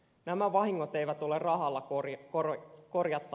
nämä vahingot eivät ole rahalla korjattavissa